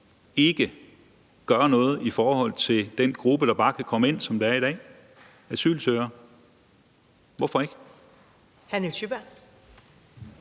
ikke gøre noget i forhold til den gruppe, der bare kan komme ind, som det er i dag, altså asylansøgere – hvorfor ikke?